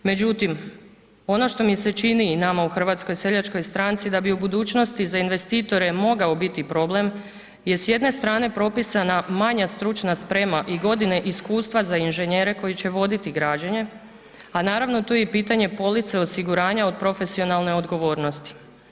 Međutim, ono što mi se čini i nama u HSS-u da bi u budućnosti za investitore mogao biti problem je s jedne strane propisana manja stručna sprema i godine iskustva za inženjere koji će voditi građenje a naravno tu je i pitanje police osiguranja od profesionalne odgovornosti.